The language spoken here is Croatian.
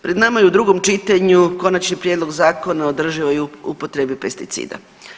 Pred nama je u drugom čitanju Konačni prijedlog zakona o održivoj upotrebi pesticida.